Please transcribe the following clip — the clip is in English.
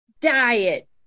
diet